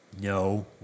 no